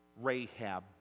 Rahab